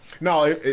no